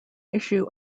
issue